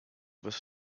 was